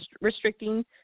Restricting